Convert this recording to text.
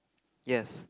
yes